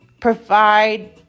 provide